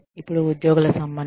ఇప్పుడు ఉద్యోగుల సంబంధాలు